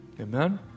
Amen